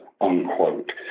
unquote